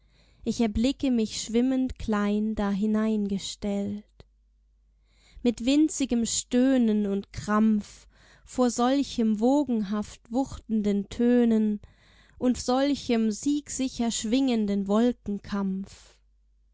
ich erblicke mich schwimmend klein da hinein gestellt mit winzigem stöhnen und krampf vor solchem wogenhaft wuchtenden tönen und solchem siegsicher schwingenden wolkenkampf